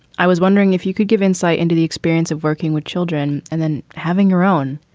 i was wondering if you could give insight into the experience of working with children and then having your own.